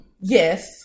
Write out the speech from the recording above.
Yes